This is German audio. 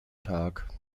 tag